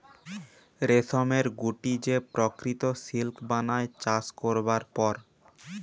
রেশমের গুটি যে প্রকৃত সিল্ক বানায় চাষ করবার পর